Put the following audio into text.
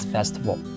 Festival